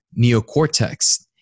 neocortex